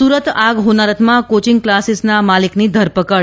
સુરત આગ હોનારતમાં કોચિંગ કલાસીસના માલીકની ધરપકડ